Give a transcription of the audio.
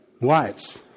Wives